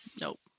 Nope